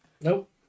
Nope